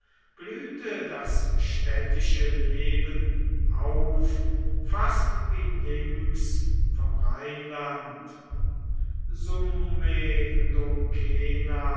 blühte das städtische leben auf fast wie links vom rheinland